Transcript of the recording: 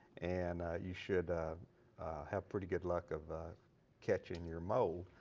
and you should have pretty good luck of catching your mole.